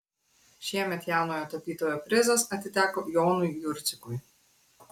šiemet jaunojo tapytojo prizas atiteko jonui jurcikui